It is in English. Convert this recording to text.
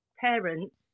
parents